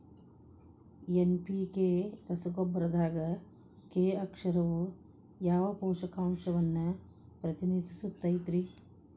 NPK ರಸಗೊಬ್ಬರದಾಗ K ಅಕ್ಷರವು ಯಾವ ಪೋಷಕಾಂಶವನ್ನ ಪ್ರತಿನಿಧಿಸುತೈತ್ರಿ?